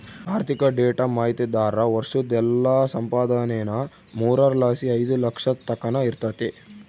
ಆರ್ಥಿಕ ಡೇಟಾ ಮಾಹಿತಿದಾರ್ರ ವರ್ಷುದ್ ಎಲ್ಲಾ ಸಂಪಾದನೇನಾ ಮೂರರ್ ಲಾಸಿ ಐದು ಲಕ್ಷದ್ ತಕನ ಇರ್ತತೆ